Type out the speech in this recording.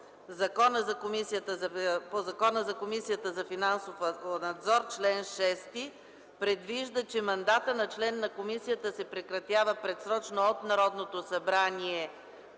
Закона за Комисията за финансов надзор, чл. 6, се предвижда, че мандатът на член на комисията се прекратява предсрочно от Народното събрание